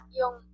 yung